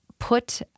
put